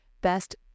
best